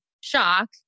shock